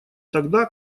тогда